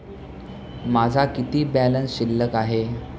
माझा किती बॅलन्स शिल्लक आहे?